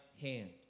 hand